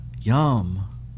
Yum